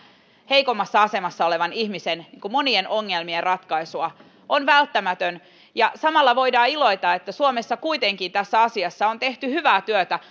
heikommassa asemassa olevan ihmisen monien ongelmien ratkaisua on välttämätön samalla voidaan iloita että suomessa kuitenkin tässä asiassa on tehty hyvää työtä